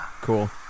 Cool